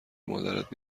مادرت